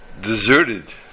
deserted